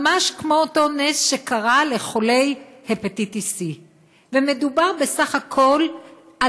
ממש כמו אותו נס שקרה לחולי הפטיטיס C. מדובר בסך הכול על,